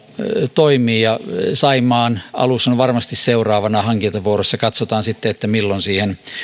toimivat saimaan alus on varmasti seuraavana hankintavuorossa katsotaan sitten milloin siihen